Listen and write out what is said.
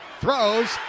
throws